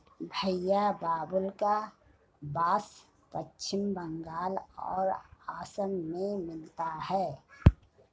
भईया बाबुल्का बास पश्चिम बंगाल और असम में मिलता है